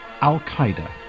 al-Qaeda